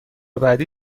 بعدی